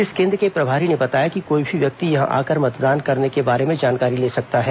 इस केन्द्र के प्रभारी ने बताया कि कोई भी व्यक्ति यहां आकर मतदान करने के बारे में जानकारी ले सकता है